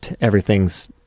everything's